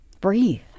breathe